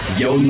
yo